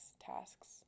tasks